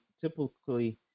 typically